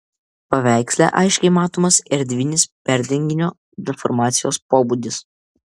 paveiksle aiškiai matomas erdvinis perdenginio deformacijos pobūdis